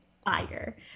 fire